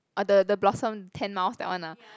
ah the the blossom ten miles that one ah